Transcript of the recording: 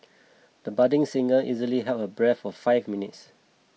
the budding singer easily held her breath for five minutes